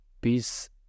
peace